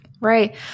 Right